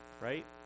right